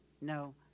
no